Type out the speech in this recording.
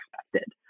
expected